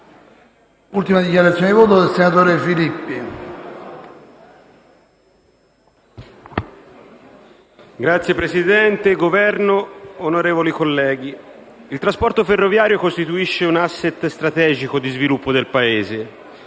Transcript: il trasporto ferroviario costituisce un *asset* strategico di sviluppo del Paese